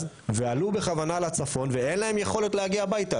ועלו בכוונה לצפון ואין להם יכולת להגיע הביתה.